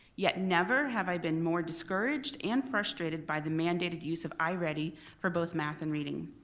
yet never have i been more discouraged and frustrated by the mandated use of iready for both math and reading.